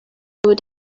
would